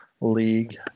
League